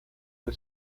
del